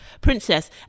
princess